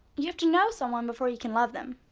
you have to know someone before you can love them.